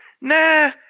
Nah